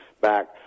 back